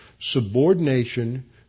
subordination